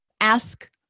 Ask